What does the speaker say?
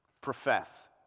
profess